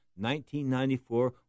1994